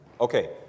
Okay